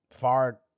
far